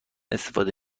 استفاده